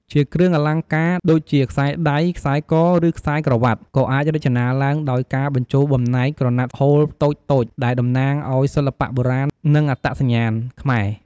ជាគ្រឿងអលង្ការ ដូចជាខ្សែដៃ ខ្សែក ឬខ្សែច្រវ៉ាក់ ក៏អាចរចនាឡើងដោយការបញ្ចូលបំណែកក្រណាត់ហូលតូចៗ ដែលតំណាងឲ្យសិល្បៈបុរាណ និងអត្តសញ្ញាណខ្មែរ។